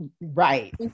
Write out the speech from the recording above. right